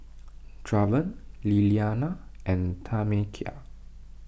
Draven Lilianna and Tamekia